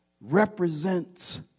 represents